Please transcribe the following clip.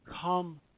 come